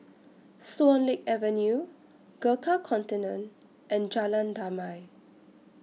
Swan Lake Avenue Gurkha Contingent and Jalan Damai